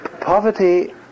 poverty